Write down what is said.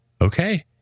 okay